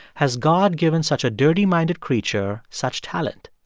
has god given such a dirty-minded creature such talent?